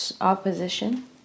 opposition